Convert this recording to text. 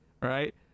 right